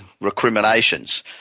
recriminations